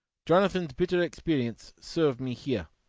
jonathan's bitter experience served me here.